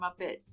Muppet